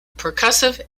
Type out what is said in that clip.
percussive